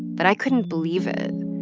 but i couldn't believe it.